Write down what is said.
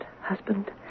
husband